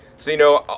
so, you know,